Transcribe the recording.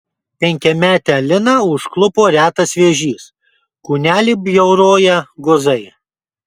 penkiametę aliną užklupo retas vėžys kūnelį bjauroja guzai